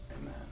amen